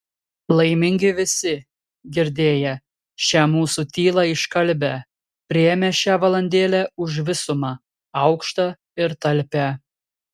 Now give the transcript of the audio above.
laimingi visi girdėję šią mūsų tylą iškalbią priėmę šią valandėlę už visumą aukštą ir talpią